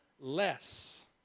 less